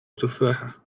تفاحة